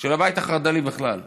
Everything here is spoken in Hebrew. אלא של הבית החרד"לי בכלל,